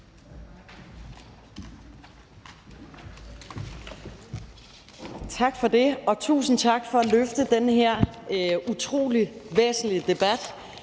Tak for det, og tusind tak for at rejse den her utrolig væsentlige debat,